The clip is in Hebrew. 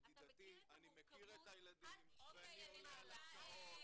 ידידתי, אני מכיר את הילדים ואני עולה על השעות.